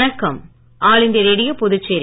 வணக்கம் all India radio Puducherry